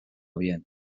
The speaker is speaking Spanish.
bien